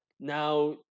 Now